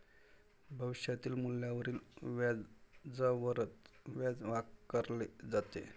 भविष्यातील मूल्यावरील व्याजावरच व्याज आकारले जाते